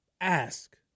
ask